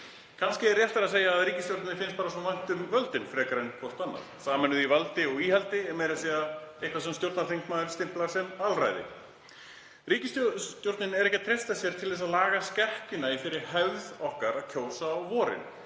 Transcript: Kannski er réttara að segja að ríkisstjórninni finnist bara vænt um völdin frekar en hverju um annað. Sameinuð í valdi og íhaldi er meira að segja eitthvað sem stjórnarþingmaður stimplar sem alræði. Ríkisstjórnin treystir sér ekki til að laga skekkjuna í þeirri hefð okkar að kjósa á vorin